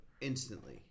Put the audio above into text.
Instantly